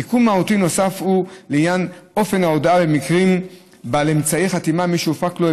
תיקון מהותי נוסף הוא לעניין אופן ההודעה במקרים שבהם בעל אמצעי חתימה,